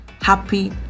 Happy